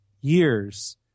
years